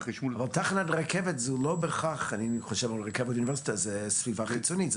תחנת רכבת היא לא בהכרח סביבה פנימית.